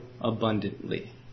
abundantly